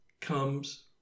comes